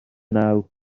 naw